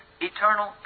eternal